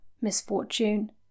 misfortune